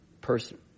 person